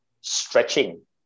stretching